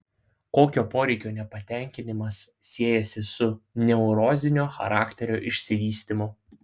kokio poreikio nepatenkinimas siejasi su neurozinio charakterio išsivystymu